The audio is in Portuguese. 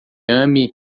ame